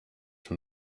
from